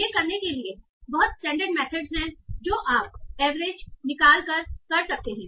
ये करने के लिए बहुत स्टैंडर्ड मेथड हैं जो आप एवरेज निकाल कर सकते हैं